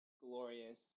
glorious